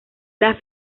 las